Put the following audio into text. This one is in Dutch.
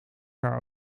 haar